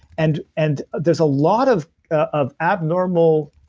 and and there's a lot of of abnormal